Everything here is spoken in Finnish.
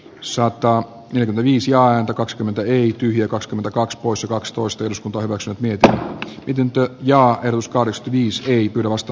saattaa viedä viisi ääntä kakskymmentä liittyviä kakskymmentäkaks pois maksetuista toivossa niitä pidentyy ja uskonnosta niistä ei perustu